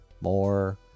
more